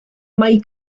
mae